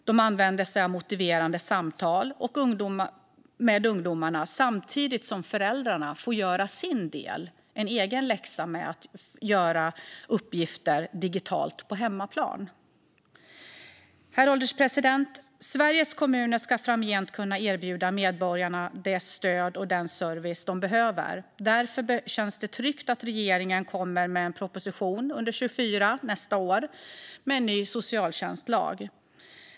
De använder sig av motiverande samtal med ungdomarna samtidigt som föräldrarna får göra sin del och får i egen läxa att göra uppgifter digitalt på hemmaplan. Herr ålderspresident! Sveriges kommuner ska framgent kunna erbjuda medborgarna det stöd och den service de behöver. Därför känns det tryggt att regeringen kommer med en proposition under 2024 med en ny socialtjänstlag.